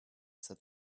said